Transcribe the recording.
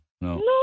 no